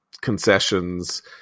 concessions